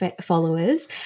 followers